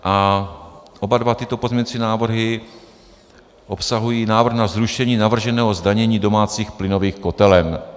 A oba dva tyto pozměňovací návrhy obsahují návrh na zrušení navrženého zdanění domácích plynových kotelen.